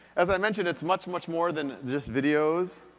as i mentioned, it's much, much more than just videos.